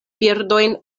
birdojn